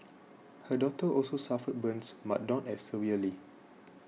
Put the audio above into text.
her daughter also suffered burns but not as severely